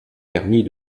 garnies